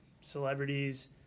celebrities